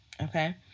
Okay